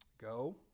go